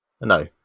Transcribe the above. No